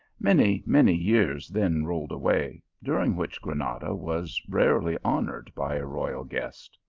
many, many years then rolled away, during which granada was rarely honoured by a royal guest.